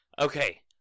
Okay